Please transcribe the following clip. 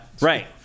Right